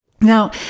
Now